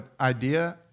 idea